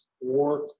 work